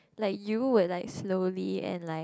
like you would like slowly and like